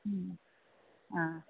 മ്മ് ആ